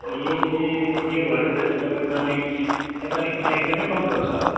ए त्यो भएर रहेछ त तपाईँको नानी नेपालीमा एकदमै कमजोड छ